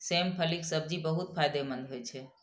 सेम फलीक सब्जी बहुत फायदेमंद होइ छै